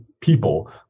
people